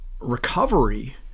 recovery